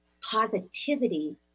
positivity